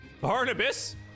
Barnabas